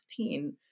2016